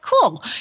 cool